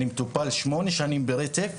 אני מטופל שמונה שנים ברצף,